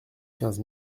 quinze